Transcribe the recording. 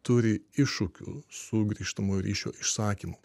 turi iššūkių su grįžtamojo ryšio išsakymu